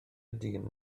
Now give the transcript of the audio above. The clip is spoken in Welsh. dyn